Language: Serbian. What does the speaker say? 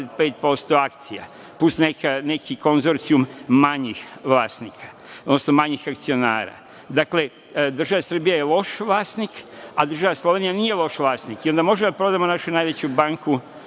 akcija, plus neki konzorcijum manjih akcionara. Dakle, država Srbija je loš vlasnik, a država Slovenija nije loš vlasnik. Onda možemo da prodamo našu najveću banku,